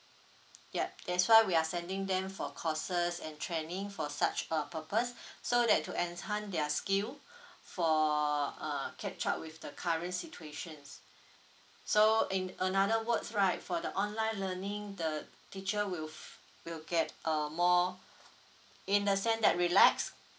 yup that's why we are sending them for courses and training for such uh purpose so that to enhance their skill for uh catch up with the current situations so in another words right for the online learning the teacher will f~ will get uh more in the sense that relax